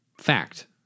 fact